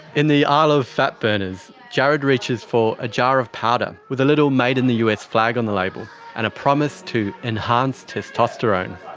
in the aisle of fat burners, jared reaches for a jar of powder with a little made in the us flag on the label and a promise to enhance testosterone.